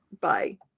Bye